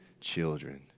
children